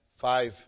five